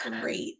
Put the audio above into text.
Great